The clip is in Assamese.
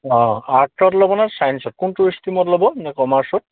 অঁ আৰ্টছত ল'ব ন ছায়েঞ্চসত কোনটো ষ্ট্ৰ্ৰীমত ল'ব নে কমাৰ্চত